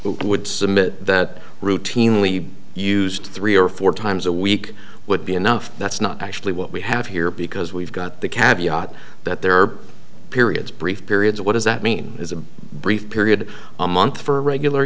would submit that routinely used three or four times a week would be enough that's not actually what we have here because we've got the cab yat that there are periods brief periods of what does that mean is a brief period a month for a regular